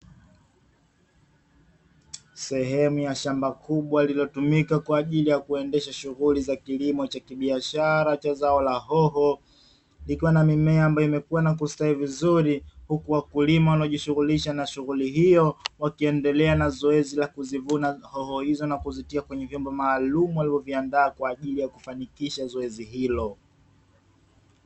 Sehemu ya shamba kubwa lililotumika kwa ajili ya kuendesha shughuli za kilimo cha kibiashara cha zao la hoho, likiwa na mimea ambayo imekuwa na kustahili vizuri huku wakulima waliojishughulisha na shughuli hiyo, wakiendelea na zoezi la kuzivuna hoho hizo na kuzitia kwenye vyombo maalumu alivyoviandaa kwa ajili ya kufanikisha zoezi hilo.